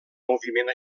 moviment